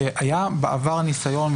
שהיה בעבר ניסיון,